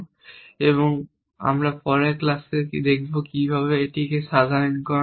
এবং আমরা পরের ক্লাসে দেখব কিভাবে এটিকে সাধারণীকরণ করা যায়